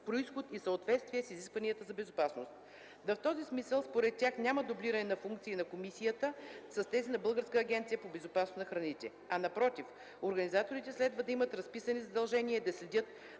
за произход и за съответствие с изискванията за безопасност. В този смисъл според тях няма дублиране на функции на комисията с тези на Българската агенция по безопасност на храните, а напротив, организаторите следва да имат разписани задължения и да следят